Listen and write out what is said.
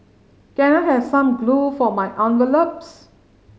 can I have some glue for my envelopes